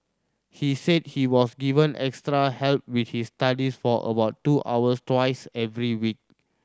he said he was given extra help with his studies for about two hours twice every week